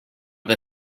the